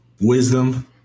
wisdom